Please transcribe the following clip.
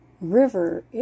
river